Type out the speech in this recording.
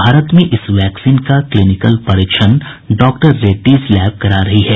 भारत में इस वैक्सीन का क्लीनिकल परीक्षण डॉक्टर रेड्डीज लैब करा रही है